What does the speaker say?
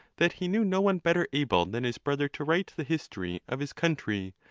that he knew no one better able than his brother to write the history of his country,